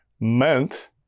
meant